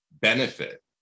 benefit